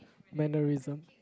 mannerism